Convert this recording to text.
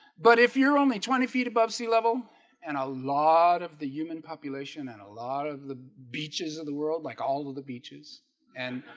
but if you're only twenty feet above sea level and a lot of the human population and a lot of the beaches of the world like all of the beaches and